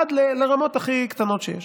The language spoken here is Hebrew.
עד לרמות הכי קטנות שיש.